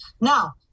Now